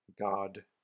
God